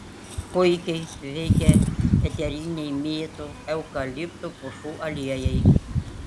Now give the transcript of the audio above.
puikiai veikia eteriniai mėtų eukalipto pušų aliejai